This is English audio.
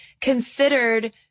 considered